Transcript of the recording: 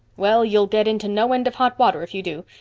well, you'll get into no end of hot water if you do.